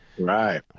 Right